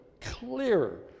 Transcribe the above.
clearer